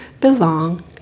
belong